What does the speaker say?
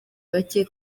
bake